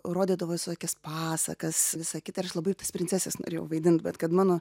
rodydavo visokias pasakas visą kitą ir labai tas princeses norėjau vaidint bet kad mano